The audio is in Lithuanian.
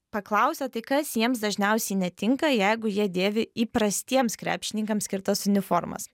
paklausė tai kas jiems dažniausiai netinka jeigu jie dėvi įprastiems krepšininkam skirtas uniformas